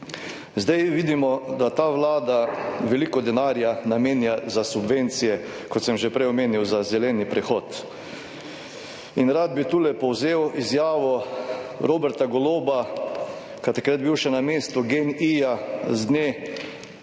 Vidimo, da ta Vlada veliko denarja namenja za subvencije, kot sem že prej omenil, za zeleni prehod. Rad bi tule povzel izjavo Roberta Goloba, ki je takrat bil še na mestu Gen-i z dne